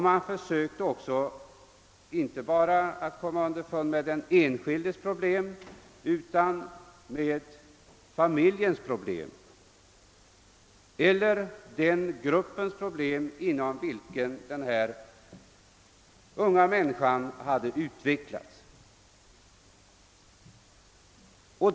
Man sökte också inte bara att komma underfund med den enskildes problem utan med familjens problem eller den grupps problem inom vilken den unga människan hade utvecklats.